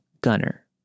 Gunner